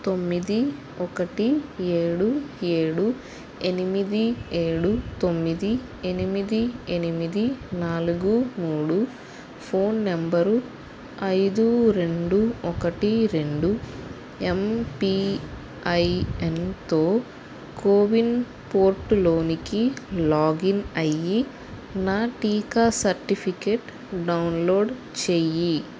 తొమ్మిది ఒకటి ఏడు ఏడు ఎనిమిది ఏడు తొమ్మిది ఎనిమిది ఎనిమిది నాలుగు మూడు ఫోన్ నెంబరు ఐదు రెండు ఒకటి రెండు ఎమ్పిఐఎన్తో కో విన్ పోర్టులోకి లాగిన్ అయ్యి నా టీకా సర్టిఫికేట్ డౌన్లోడ్ చేయి